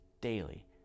daily